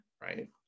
right